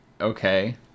okay